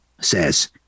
says